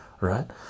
right